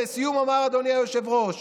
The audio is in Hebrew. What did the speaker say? לסיום אומר, אדוני היושב-ראש: